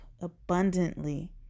abundantly